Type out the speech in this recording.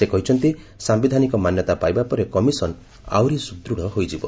ସେ କହିଛନ୍ତି ସାୟିଧାନିକ ମାନ୍ୟତା ପାଇବା ପରେ କମିଶନ ଆହୁରି ସୁଦୃଢ ହୋଇଯିବ